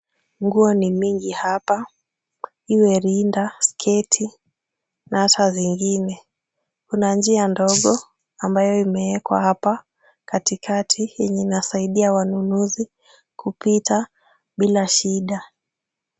Nguo ni mingi hapa, iwe rinda, sketi na ata zingine. Kuna njia ndogo ambayo imewekwa hapa katikati yenye inasaidia wanunuzi kupita bila shida.